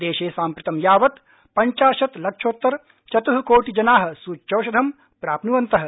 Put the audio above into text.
देशे साम्प्रतं यावत् पंचाशत् लक्षोत्तरचतः कोटिजनाः सृच्यौषधं प्राप्न्वन्तः